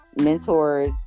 mentors